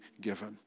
given